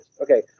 Okay